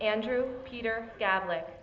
andrew peter godly